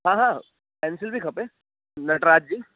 हा हा पैंसिल बि खपे नटराज जी